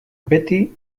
beti